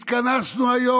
התכנסנו היום,